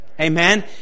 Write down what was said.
Amen